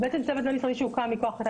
הוא בעצם צוות בין-משרדי שהוקם מכוח החלטת